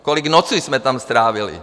Kolik nocí jsme tam strávili!